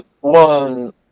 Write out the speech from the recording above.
one